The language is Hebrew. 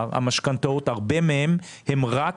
המשכנתאות, הרבה מהן, הן רק